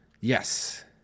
Yes